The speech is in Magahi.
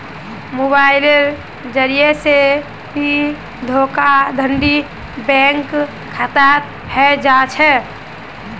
मोबाइलेर जरिये से भी धोखाधडी बैंक खातात हय जा छे